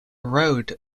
road